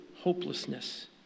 hopelessness